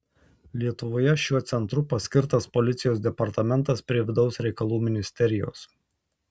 lietuvoje šiuo centru paskirtas policijos departamentas prie vidaus reikalų ministerijos